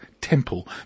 temple